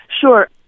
Sure